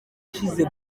ishize